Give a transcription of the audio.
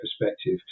perspective